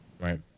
Right